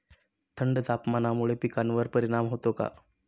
थंड तापमानामुळे पिकांवर परिणाम होतो का?